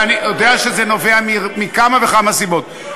ואני יודע שזה נובע מכמה וכמה סיבות.